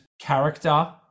character